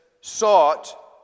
sought